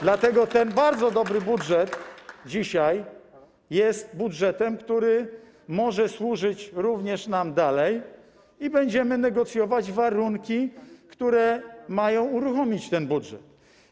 Dlatego ten bardzo dobry budżet dzisiaj jest budżetem, który może służyć nam dalej, i będziemy negocjować warunki, które mają uruchomić ten budżet.